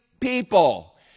people